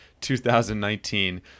2019